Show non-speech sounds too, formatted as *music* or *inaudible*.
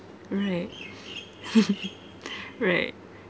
right *laughs* right